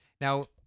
now